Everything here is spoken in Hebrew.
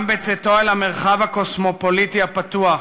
גם בצאתו אל המרחב הקוסמופוליטי הפתוח,